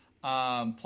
plus